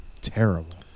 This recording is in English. terrible